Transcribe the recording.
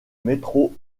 métro